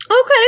Okay